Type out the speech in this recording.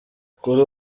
kuri